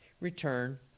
return